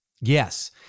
Yes